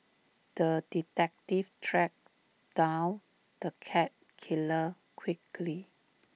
the detective tracked down the cat killer quickly